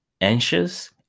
anxious